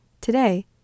Today